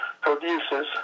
produces